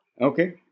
Okay